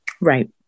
Right